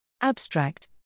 Abstract